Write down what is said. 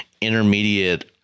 intermediate